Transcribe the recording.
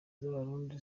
z’abarundi